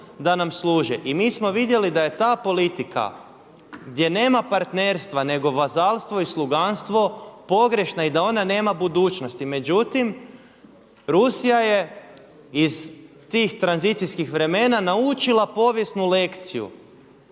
da nam služe. I mi smo vidjeli da je ta politika gdje nema partnerstva nego vazalstvo i sluganstvo pogrešna i da ona nema budućnosti. Međutim, Rusija je iz tih tranzicijskih vremena naučila povijesnu lekciju